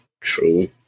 True